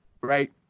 right